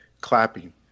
clapping